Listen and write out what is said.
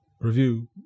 review